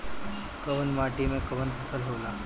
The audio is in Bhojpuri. कवन माटी में कवन फसल हो ला?